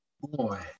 Boy